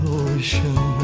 ocean